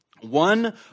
One